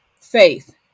faith